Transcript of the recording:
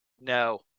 No